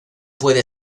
puede